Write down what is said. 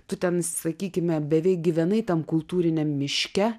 tu ten sakykime beveik gyvenai tam kultūriniam miške